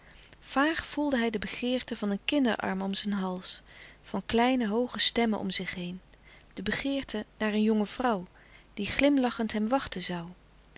vaag voelde hij de begeerte van een kinderarm om zijn hals van kleine hooge stemmen om zich heen de begeerte naar een jonge vrouw die glimlachend hem wachten zoû